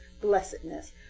blessedness